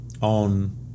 on